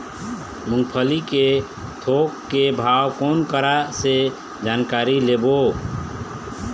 मूंगफली के थोक के भाव कोन करा से जानकारी लेबो?